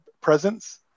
presence